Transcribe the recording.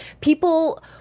people